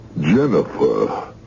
Jennifer